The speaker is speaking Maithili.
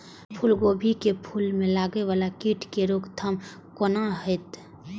फुल गोभी के फुल में लागे वाला कीट के रोकथाम कौना हैत?